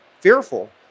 fearful